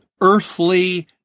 earthly